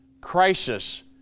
crisis